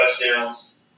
touchdowns